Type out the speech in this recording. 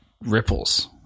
ripples